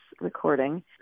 recording